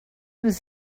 was